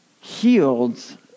healed